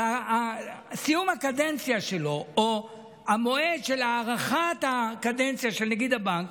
אבל סיום הקדנציה שלו או המועד של הארכת הקדנציה של נגיד הבנק